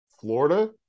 Florida